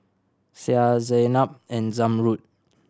Syah Zaynab and Zamrud